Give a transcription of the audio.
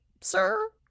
sir